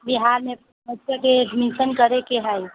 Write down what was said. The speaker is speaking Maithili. बिहारमे बच्चाके एडमिशन करयके हइ